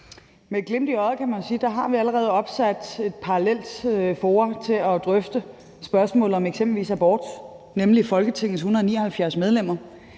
Med et glimt i øjet kan man sige, at vi allerede har nedsat et parallelt forum til at drøfte spørgsmålet om eksempelvis abort, nemlig Folketingets 179 medlemmer.